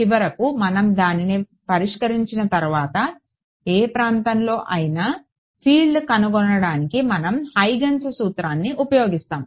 చివరకు మనం దానిని పరిష్కరించిన తర్వాత ఏ ప్రాంతంలో అయినా ఫీల్డ్ కొనుగొనడానికి మనం హైగెన్స్ సూత్రాన్ని ఉపయోగిస్తాము